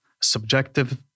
subjective